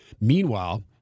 Meanwhile